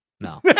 No